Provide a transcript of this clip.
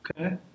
Okay